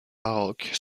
baroque